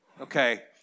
Okay